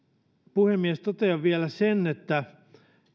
puhemies totean vielä sen että